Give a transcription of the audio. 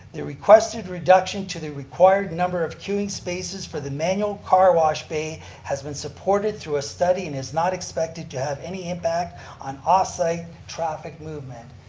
the requested reduction to the required number of queuing spaces for the manual car wash bay has been supported through a study and is not expected to have any impact on off-site traffic movement.